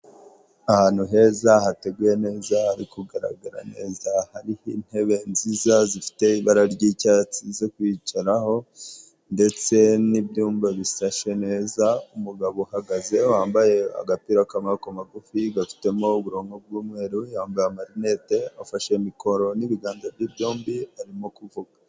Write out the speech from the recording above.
Ahantu heza hateguye neza, hari kugaragara neza, hariho intebe nziza zifite ibara ry'icyatsi zo kwicaraho ndetse n'ibyumba bisashe neza, umugabo uhagaze wambaye agapira k'amaboko magufi gafitemo uburongo bw'umweru, yambaye amarinete, afashe mikoro n'ibiganza bye byombi arimo kuvuga.